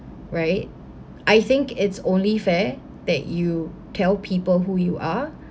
right I think it's only fair that you tell people who you are